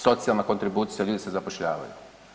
Socijalna kontribucija, ljudi se zapošljavaju.